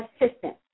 assistant